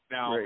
Now